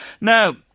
Now